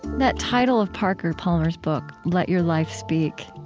that title of parker palmer's book, let your life speak,